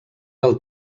del